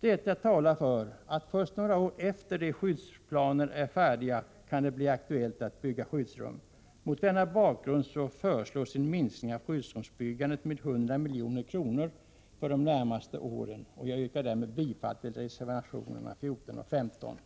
Detta talar för att det kan bli aktuellt att bygga skyddsrum först några år efter det att skyddsplanerna är färdiga. Mot denna bakgrund föreslås en minskning av anslaget till skyddsrumsbyggande med 100 milj.kr. för de närmaste åren. Jag yrkar därmed bifall till reservationerna 14 och 15.